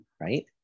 right